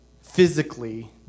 physically